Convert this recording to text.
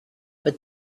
but